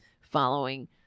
following